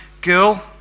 girl